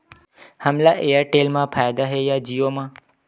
हमला एयरटेल मा फ़ायदा हे या जिओ मा?